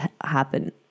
happen